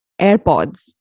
AirPods